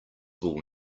will